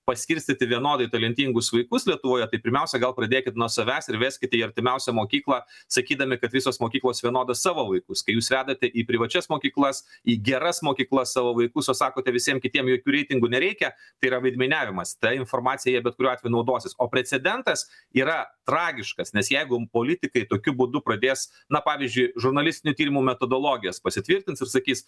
paskirstyti vienodai talentingus vaikus lietuvoje tai pirmiausia gal pradėkit nuo savęs ir veskite į artimiausią mokyklą sakydami kad visos mokyklos vienodos savo vaikus kai jūs vedate į privačias mokyklas į geras mokyklas savo vaikus o sakote visiem kitiem jokių reitingų nereikia tai yra veidmainiavimas ta informacija jie bet kuriuo atveju naudosis o precedentas yra tragiškas nes jeigu politikai tokiu būdu pradės na pavyzdžiui žurnalistinių tyrimų metodologijas pasitvirtins ir sakys